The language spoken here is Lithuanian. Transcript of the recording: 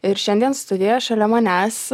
ir šiandien studijoje šalia manęs